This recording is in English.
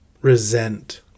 resent